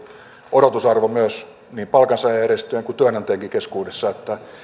odotusarvo niin palkansaajajärjestöjen kuin työnantajienkin keskuudessa että